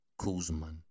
Kuzman